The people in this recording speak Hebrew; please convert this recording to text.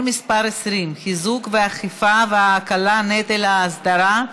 מס' 20) (חיזוק האכיפה והקלת נטל האסדרה),